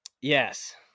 Yes